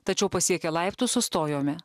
tačiau pasiekę laiptus sustojome